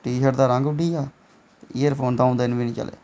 T shirt दा रंग उड्डी गेआ ईयरफोन दंऊ दिन बी नेईं चले